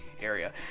area